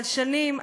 אבל שנים,